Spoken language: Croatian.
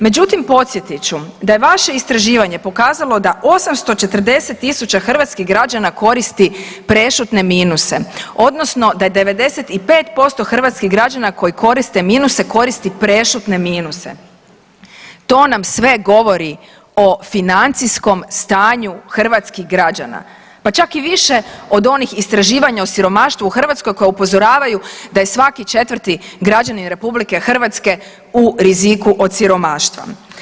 Međutim, podsjetit ću da je vaše istraživanje pokazalo da 840.000 hrvatskih građana koristi prešutne minuse odnosno da 95% hrvatskih građana koji koriste minuse koristi prešutne minuse, to nam sve govori o financijskom stanju hrvatskih građana, pa čak i više od onih istraživanja o siromaštvu u Hrvatskoj koja upozoravaju da je svaki četvrti građanin RH u riziku od siromaštva.